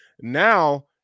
now